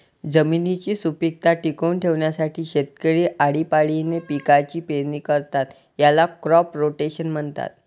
जमिनीची सुपीकता टिकवून ठेवण्यासाठी शेतकरी आळीपाळीने पिकांची पेरणी करतात, याला क्रॉप रोटेशन म्हणतात